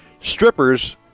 Strippers